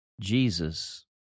Jesus